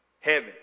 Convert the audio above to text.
Heaven